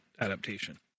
adaptation